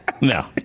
No